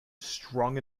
strong